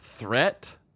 Threat